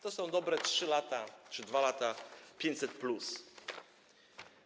To są dobre 3 lata czy 2 lata 500+.